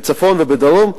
בצפון ובדרום,